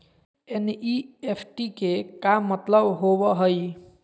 NEFT के का मतलव होव हई?